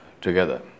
together